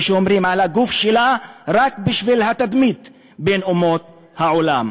ושומרים על הגוף שלה רק בשביל התדמית בין אומות העולם.